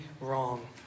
wrong